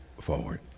forward